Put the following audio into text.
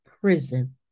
prison